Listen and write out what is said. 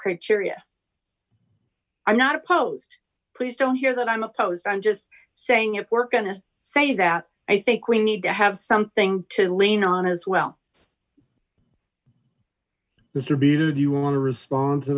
criteria i'm not opposed please don't hear that i'm opposed i'm just saying if we're going to say that i think we need to have something to lean on as well distributed you all want to respond to